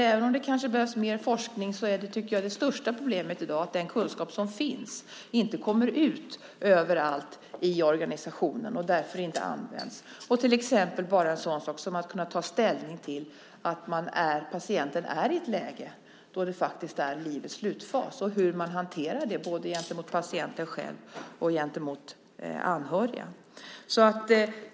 Även om det kanske behövs mer forskning är, tycker jag, det största problemet i dag att den kunskap som finns inte kommer ut överallt i organisationen och därför inte används. Ta bara en sådan sak som att kunna ta ställning till att patienten är i det läget att det faktiskt är livets slutfas och hur man hanterar det både gentemot patienten själv och gentemot anhöriga.